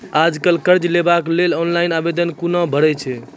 आज कल कर्ज लेवाक लेल ऑनलाइन आवेदन कूना भरै छै?